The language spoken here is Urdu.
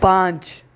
پانچ